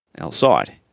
outside